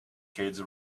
kids